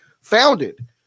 founded